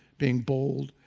being bold,